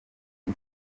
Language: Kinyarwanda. izo